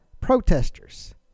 protesters